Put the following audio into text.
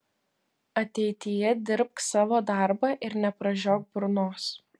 ateityje dirbk savo darbą ir nepražiok burnos